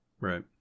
Right